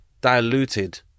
diluted